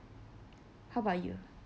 how about you